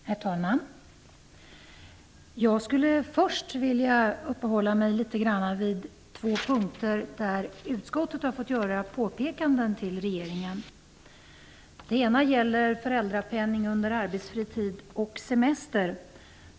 Herr talman! Jag skulle först vilja uppehålla mig litet grand vid två punkter där utskottet har fått göra påpekanden till regeringen. Den ena punkten gäller föräldrapenning under arbetsfri tid och semester.